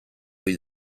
ohi